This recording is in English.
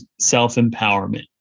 self-empowerment